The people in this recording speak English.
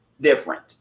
different